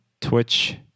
twitch